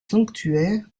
sanctuaires